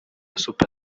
super